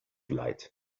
light